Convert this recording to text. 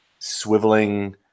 swiveling